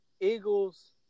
Eagles